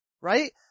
Right